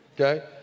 okay